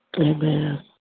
Amen